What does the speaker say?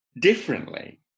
differently